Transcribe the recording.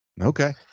Okay